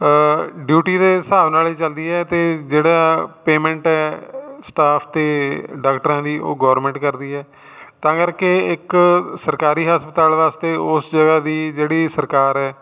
duty ਦੇ ਹਿਸਾਬ ਨਾਲ ਹੀ ਚੱਲਦੀ ਹੈ ਅਤੇ ਜਿਹੜਾ ਪੇਮੈਂਟ ਹੈ ਸਟਾਫ ਅਤੇ ਡਾਕਟਰਾਂ ਦੀ ਉਹ ਗੌਰਮੈਂਟ ਕਰਦੀ ਹੈ ਤਾਂ ਕਰਕੇ ਇੱਕ ਸਰਕਾਰੀ ਹਸਪਤਾਲ ਵਾਸਤੇ ਉਸ ਜਗ੍ਹਾ ਦੀ ਜਿਹੜੀ ਸਰਕਾਰ ਹੈ